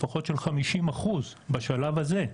לפחות של 50% בשלב הזה.